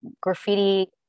graffiti